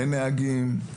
אין נהגים,